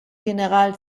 general